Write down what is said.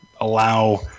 allow